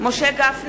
בהצבעה משה גפני,